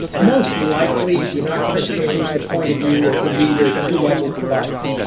most likely you're not going to change the point of view of the leader two levels above you.